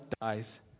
dies